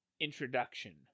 introduction